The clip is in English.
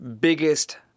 biggest